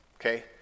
Okay